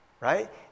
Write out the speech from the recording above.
Right